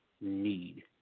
need